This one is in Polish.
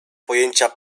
pojęcia